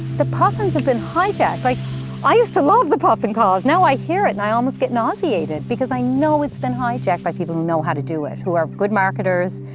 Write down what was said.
the puffins have been hijacked. like i used to love the puffin cause, now i hear it and i almost get nauseated because i know it's been hijacked by people who know how to do it, who are good marketers,